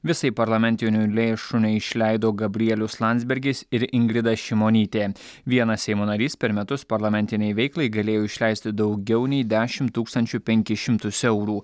visai parlamentinių lėšų neišleido gabrielius landsbergis ir ingrida šimonytė vienas seimo narys per metus parlamentinei veiklai galėjo išleisti daugiau nei dešim tūkstančių penkis šimtus eurų